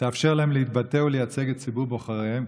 ותאפשר להם להתבטא ולייצג את ציבור בוחריהם,